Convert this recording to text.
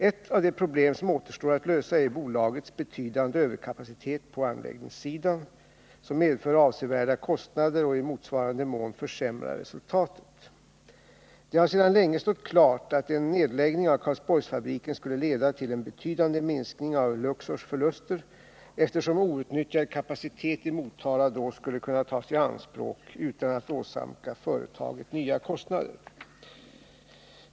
Ett av de problem som återstår att lösa är bolagets betydande överkapacitet på anläggningssidan, som medför avsevärda kostnader och i motsvarande mån försämrar resultatet. Det har sedan länge stått klart att en nedläggning av Karlsborgsfabriken skulle leda till en betydande minskning av Luxors förluster, eftersom outnyttjad kapacitet i Motala då skulle kunna tas i anspråk utan att åsamka företaget nya kostnader.